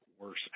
worse